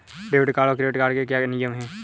Debit card और credit card के क्या क्या नियम हैं?